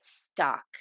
stuck